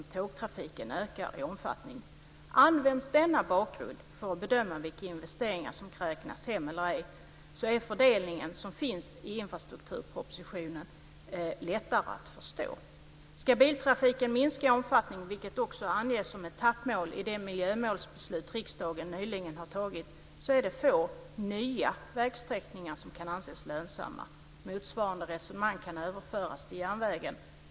Används denna bakgrund för att bedöma vilka investeringar som kan räknas hem eller ej är den fördelning som finns i infrastrukturpropositionen lättare att förstå. Ska biltrafiken minska i omfattning, vilket också anges om ett etappmål i det miljömålsbeslut riksdagen nyligen antagit, är det få nya vägsträckningar som kan anses lönsamma. Motsvarande resonemang kan överföras till järnvägen.